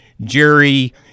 Jerry